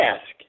ask